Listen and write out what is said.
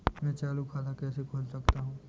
मैं चालू खाता कैसे खोल सकता हूँ?